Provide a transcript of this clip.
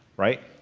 right?